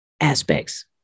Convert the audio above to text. aspects